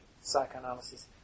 psychoanalysis